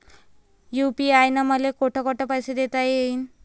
UPI न मले कोठ कोठ पैसे देता येईन?